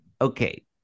okay